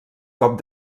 cop